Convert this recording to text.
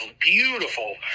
beautiful